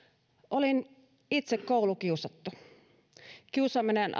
olin itse koulukiusattu kiusaaminen